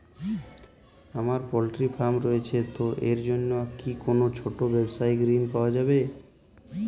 আমার poultry farm রয়েছে তো এর জন্য কি কোনো ছোটো ব্যাবসায়িক ঋণ পাওয়া যাবে?